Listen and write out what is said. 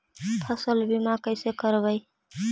फसल बीमा कैसे करबइ?